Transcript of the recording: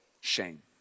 shame